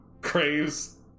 craves